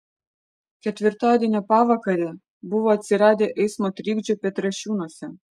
ketvirtadienio pavakarę buvo atsiradę eismo trikdžių petrašiūnuose